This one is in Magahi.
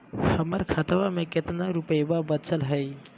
हमर खतवा मे कितना रूपयवा बचल हई?